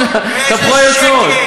התהפכו היוצרות,